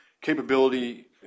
capability